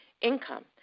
income